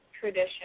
tradition